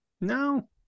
No